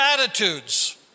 attitudes